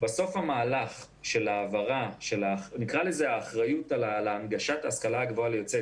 בסוף היה מהלך של העברת אחריות על הנגשת ההשכלה הגבוהה ליוצאי